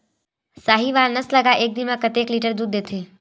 साहीवल नस्ल गाय एक दिन म कतेक लीटर दूध देथे?